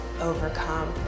overcome